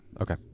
Okay